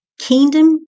Kingdom